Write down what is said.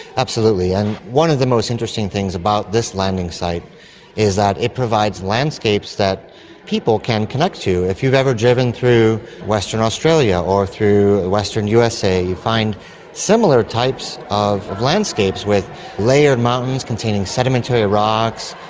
absolutely, and one of the most interesting things about this landing site is that it provides landscapes that people can connect to. if you've ever driven through western australia or through western usa you find similar types of of landscapes with layered mountains containing sedimentary rocks,